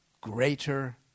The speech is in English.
greater